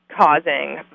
causing